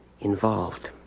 involved